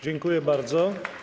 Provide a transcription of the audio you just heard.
Dziękuję bardzo.